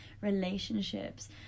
relationships